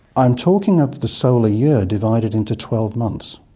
i'm talking of the solar year divided into twelve months,